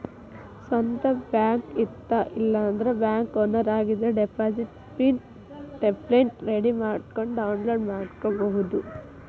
ಸ್ವಂತ್ ಬ್ಯಾಂಕ್ ಇತ್ತ ಇಲ್ಲಾಂದ್ರ ಬ್ಯಾಂಕ್ ಓನರ್ ಆಗಿದ್ರ ಡೆಪಾಸಿಟ್ ಸ್ಲಿಪ್ ಟೆಂಪ್ಲೆಟ್ ರೆಡಿ ಮಾಡ್ಕೊಂಡ್ ಡೌನ್ಲೋಡ್ ಮಾಡ್ಕೊಬೋದು